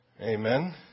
Amen